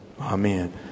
Amen